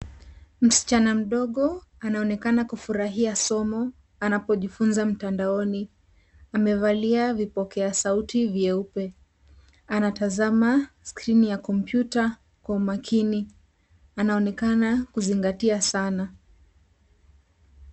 Msichana mdogo anaonekana kufurahia somo, anapojifunza mtandaoni, amevalia vipokea sauti vyeupe, anatazama skirini ya kompyuta kwa umakini, anaonekana kuzingatia sana.